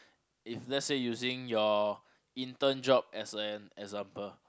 if let say using your intern job as an example